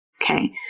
Okay